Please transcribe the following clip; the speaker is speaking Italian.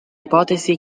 ipotesi